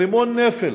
רימון נפל,